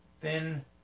Thin